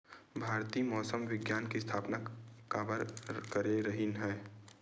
भारती मौसम विज्ञान के स्थापना काबर करे रहीन है?